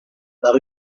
par